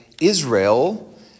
Israel